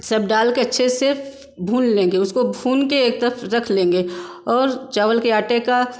सब डालके अच्छे से भून लेंगे उसको भूनके एक तरफ़ रख लेंगे और चावल के आटे का